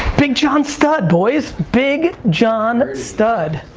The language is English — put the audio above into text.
big john studd, boys. big john studd.